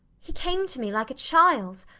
he came to me like a child.